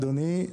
אדוני,